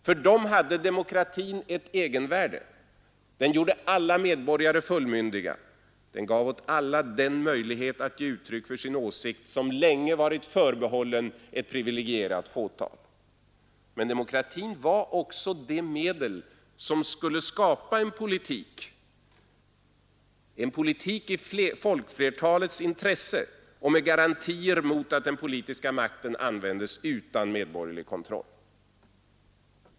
För dem hade demokratin ett egenvärde. Den gjorde alla den gav åt alla den möjlighet att ge uttryck för medborgare fullmyndig sin åsikt som länge var förbehållen ett privilegierat fåtal. Men demokratin var också det medel som skulle skapa en politik i folkflertalets intresse med garantier mot att den politiska makten användes utan medborgerlig kontroll.